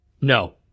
No